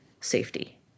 Safety